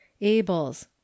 Abel's